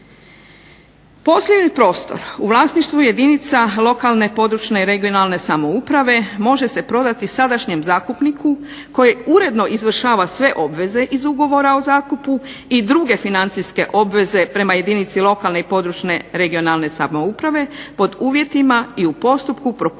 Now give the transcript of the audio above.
Posebni prostor u vlasništvu jedinica lokalne, područne i regionalne samouprave može se prodati sadašnjem zakupninu koji uredno izvršava sve obveze iz ugovora o zakupu i druge financijske obveze prema jedinici lokalne i područne (regionalne) samouprave pod uvjetima i u postupku propisanim